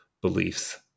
beliefs